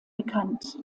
bekannt